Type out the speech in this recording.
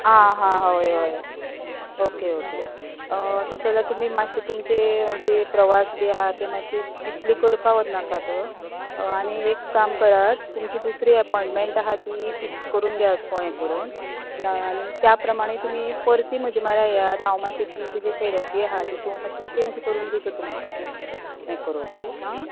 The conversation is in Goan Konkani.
आं हां हय हय ओके ओके तस जाल्यार तुमी मातशी तुमचे जे प्रवास बी आसा ते मातशे तितले करपा वचनाकात आनी एक काम करात तुमची दुसरी अपॉयन्टमेंन्ट आसा ती फिक्स करून घेयात हे करून आनी त्या प्रमाणे तुमी परती म्हज्या म्हऱ्यात येयात हांव मातशी तुमची जी थेरपी आसा तेतून ती मातशी चेंज करून दिता तुमका हे करून हां